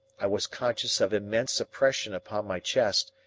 i was conscious of immense oppression upon my chest,